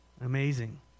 Amazing